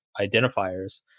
identifiers